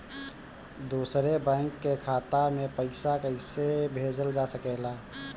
दूसरे बैंक के खाता में पइसा कइसे भेजल जा सके ला?